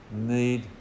need